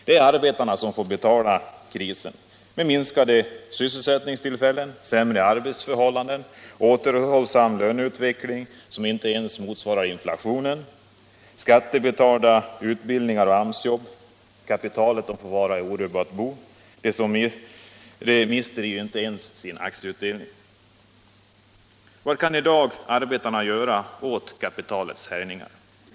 Det är arbetarna som får betala krisen med minskad sysselsättning, sämre arbetsförhållanden, återhållsam löneutveckling som inte ens motsvarar inflationen, skattebetalda utbildningar och AMS-jobb. Kapitalet får sitta i orubbat bo. Det mister ju inte ens sin aktieutdelning. Vad kan i dag arbetarna göra åt kapitalets härjningar?